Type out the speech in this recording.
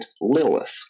Lilith